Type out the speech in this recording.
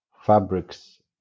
fabrics